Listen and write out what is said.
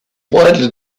widely